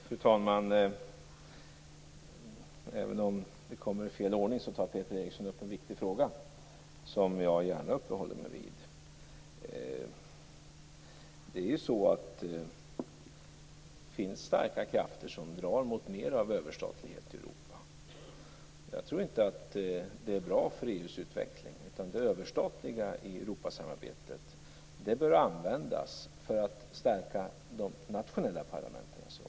Fru talman! Även om det kommer i fel ordning så tar Peter Eriksson upp en viktig fråga, en fråga som jag gärna uppehåller mig vid. Det finns starka krafter som drar mot mer av överstatlighet i Europa. Jag tror inte att det är bra för EU:s utveckling. Det överstatliga i Europasamarbetet bör användas för att stärka de nationella parlamentens roll.